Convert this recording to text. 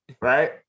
right